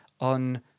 on